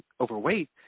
overweight